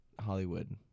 Hollywood